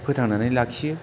फोथांनानै लाखियो